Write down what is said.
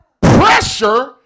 Pressure